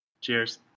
cheers